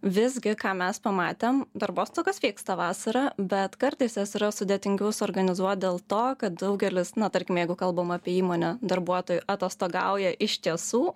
visgi ką mes pamatėm darbostogos vyksta vasarą bet kartais jos yra sudėtingiau suorganizuot dėl to kad daugelis na tarkim jeigu kalbam apie įmonę darbuotojų atostogauja iš tiesų